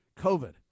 COVID